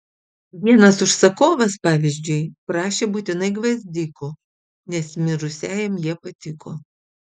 vienas užsakovas pavyzdžiui prašė būtinai gvazdikų nes mirusiajam jie patiko